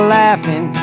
laughing